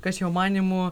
kas jo manymu